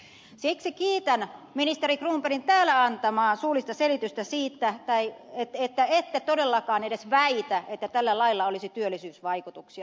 siksi kiitän ministeri cronbergin täällä antamaa suullista selitystä että ette todellakaan edes väitä että tällä lailla olisi työllisyysvaikutuksia